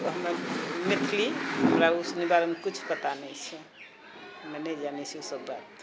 हमे मैथिली हमरा उसनी बारेमे किछु पता नहि छै हमे नहि जानै छिए ईसब बात